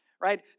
Right